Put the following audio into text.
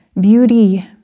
beauty